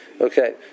Okay